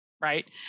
right